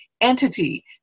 entity